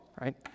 right